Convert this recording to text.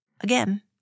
again